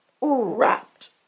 wrapped